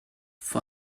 for